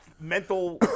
mental